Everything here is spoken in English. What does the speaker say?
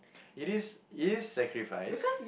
it is it is sacrifice